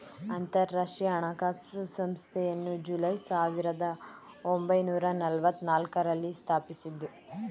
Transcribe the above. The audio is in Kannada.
ಅಂತರಾಷ್ಟ್ರೀಯ ಹಣಕಾಸು ಸಂಸ್ಥೆಯನ್ನು ಜುಲೈ ಸಾವಿರದ ಒಂಬೈನೂರ ನಲ್ಲವತ್ತನಾಲ್ಕು ರಲ್ಲಿ ಸ್ಥಾಪಿಸಿದ್ದ್ರು